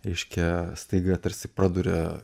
reiškia staiga tarsi praduria